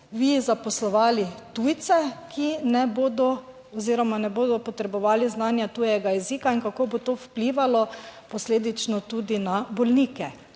vi zaposlovali tujce, ki ne bodo oziroma ne bodo potrebovali znanja tujega jezika in kako bo to vplivalo posledično tudi na bolnike.